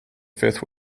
fifth